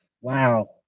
Wow